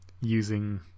using